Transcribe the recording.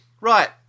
Right